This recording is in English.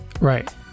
Right